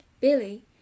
Billy